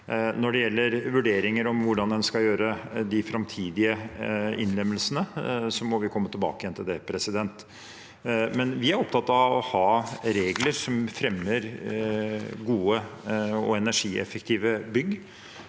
Når det gjelder vurderinger om hvordan en skal gjøre de framtidige innlemmelsene, må vi komme tilbake til det. Vi er opptatt av å ha regler som fremmer gode og energieffektive bygg